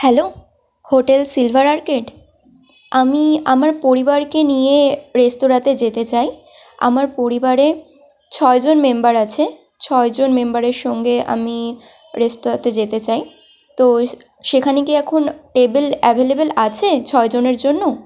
hello hotel Silver Arcade আমি আমার পরিবারকে নিয়ে রেস্তোরাঁতে যেতে চাই আমার পরিবারে ছয়জন মেম্বার আছে ছয়জন মেম্বারের সঙ্গে আমি রেস্তোরাঁতে যেতে চাই তো সেখানে কি এখন টেবিল অ্যাভেলেবেল আছে ছয়জনের জন্য